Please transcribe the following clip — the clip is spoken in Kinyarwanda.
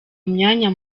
imyanya